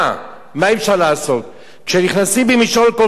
מה אפשר לעשות כשנכנסים למשעול כל כך צר?